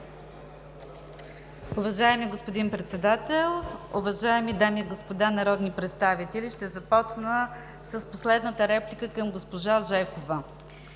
Уважаеми господин Председател, уважаеми дами и господа народни представители! Ще започна с последната реплика към госпожа Жекова.